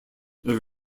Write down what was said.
are